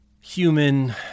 human